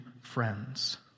friends